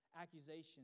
accusations